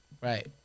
right